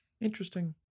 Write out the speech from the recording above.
interesting